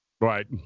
Right